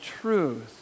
truth